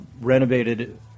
renovated